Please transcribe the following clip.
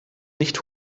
nicht